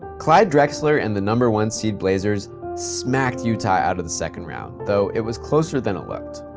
clyde drexler and the number one seed blazers smacked utah out of the second round, though it was closer than it looked.